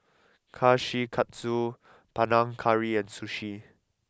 Kushikatsu Panang Curry and Sushi